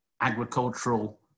agricultural